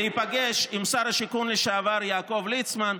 להיפגש עם שר השיכון לשעבר יעקב ליצמן,